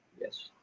Yes